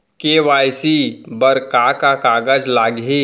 KYC बर का का कागज लागही?